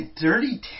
dirty